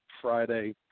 Friday